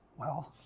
well,